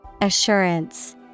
Assurance